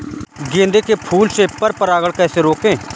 गेंदे के फूल से पर परागण कैसे रोकें?